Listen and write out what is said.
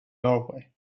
norway